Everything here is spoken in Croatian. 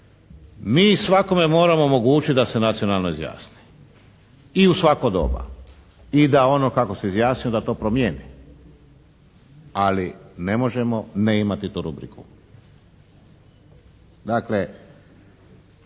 Mi svakome moramo omogućiti da se nacionalno izjasni i u svako doba i da ono kako se izjasnio da to promijeni, ali ne možemo ne imati tu rubriku.